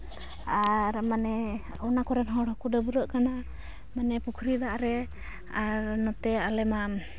ᱟᱨ ᱢᱟᱱᱮ ᱚᱱᱟ ᱠᱚᱨᱮᱱ ᱦᱚᱲ ᱦᱚᱸᱠᱚ ᱰᱟᱹᱵᱨᱟᱹᱜ ᱠᱟᱱᱟ ᱢᱟᱱᱮ ᱯᱩᱠᱷᱨᱤ ᱫᱟᱜ ᱨᱮ ᱟᱨ ᱱᱚᱛᱮ ᱟᱞᱮ ᱢᱟ